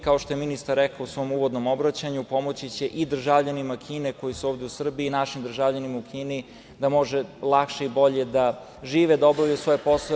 Kao što je ministar rekao u svom uvodnom obraćanju, pomoći će i državljanima Kine koji se ovde u Srbiji i našim državljanima u Kini, da mogu lakše i bolje da žive, da obavljaju svoje poslove.